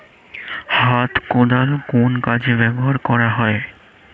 হাত কোদাল কোন কাজে ব্যবহার করা হয়?